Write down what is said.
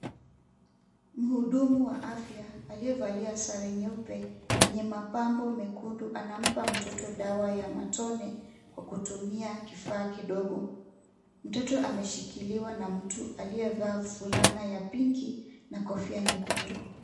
Mhudumu wa afya aliyevalia sare nyeupe yenye mapambo mekundu, anampa mtoto dawa ya matone kwa kutumia kifaa kidogo. Mtoto ameshikiliwa na mtui aliyevaa fulana ya pinki na kofia nyekundu.